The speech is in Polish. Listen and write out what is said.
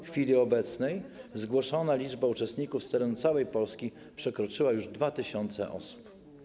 W chwili obecnej zgłoszona liczba uczestników z terenu całej Polski przekroczyła już 2 tys. osób.